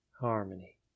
harmony